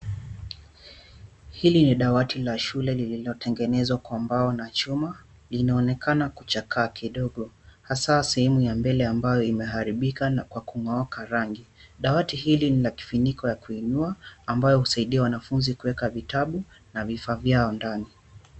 Hili ni dawati la shule lililotengenezwa kwa mbao na chuma. Inaonekana kuchakaa kidogo hasa sehemu ya mbele ambayo imeharibika na kung'ooka rangi. Dawati hili lina kifiniko ya kuinua ambayo husaidia wanafunzi kuweka vitabu na vifaa vyao ndani.